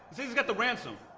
says he's got the ransom.